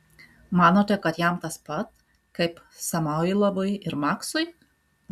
manote kad jam tas pat kaip samoilovui ir maksui